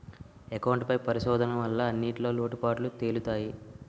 account పై పరిశోధన వల్ల అన్నింటిన్లో లోటుపాటులు తెలుత్తయి